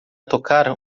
tocar